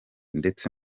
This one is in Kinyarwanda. ndetse